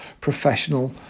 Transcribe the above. professional